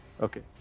Okay